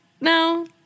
No